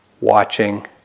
watching